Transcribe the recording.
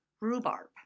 rhubarb